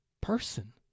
person